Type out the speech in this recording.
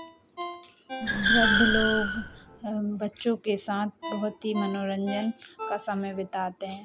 वृद्ध लोग बच्चों के साथ बहुत ही मनोरंजन का समय बिताते हैं